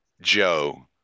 Joe